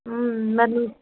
మరి